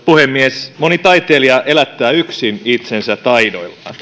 puhemies moni taiteilija elättää yksin itsensä taidoillaan